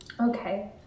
Okay